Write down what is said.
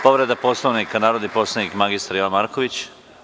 Povreda Poslovnika, narodni poslanik mr Jovan Marković.